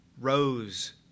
rose